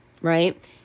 right